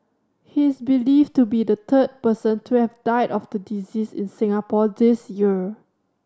he is believed to be the third person to have died of the disease in Singapore this year